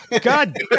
God